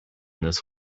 this